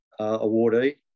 awardee